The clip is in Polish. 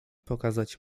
pokazać